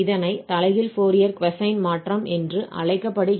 இதனை தலைகீழ் Fourier cosine மாற்றம் என்று அழைக்கப்படுகிறது